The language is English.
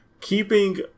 keeping